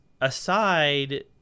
aside